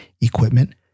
equipment